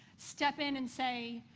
step in and say,